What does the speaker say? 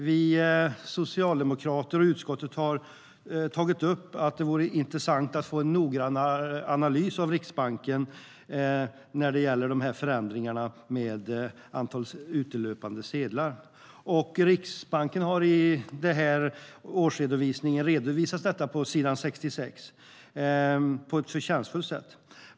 Vi socialdemokrater och utskottet har tagit upp att det vore intressant att få en noggrannare analys av Riksbanken när det gäller dessa förändringar av antal utelöpande sedlar. Riksbanken har i årsredovisningen på ett förtjänstfullt sätt redovisat detta på s. 66.